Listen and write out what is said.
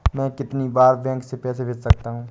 मैं कितनी बार बैंक से पैसे भेज सकता हूँ?